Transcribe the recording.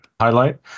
Highlight